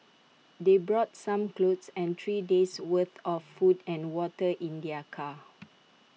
they brought some clothes and three days worth of food and water in their car